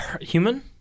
Human